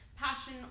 passion